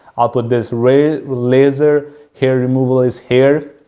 i'll put this ray, laser hair removal is here,